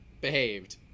behaved